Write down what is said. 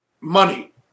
money